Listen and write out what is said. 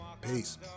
Peace